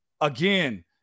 again